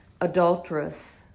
adulterous